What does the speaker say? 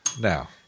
now